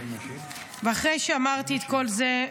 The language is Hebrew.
אחרי שאמרתי את כל זה,